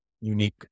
unique